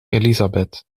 elisabeth